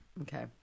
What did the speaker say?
Okay